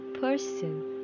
person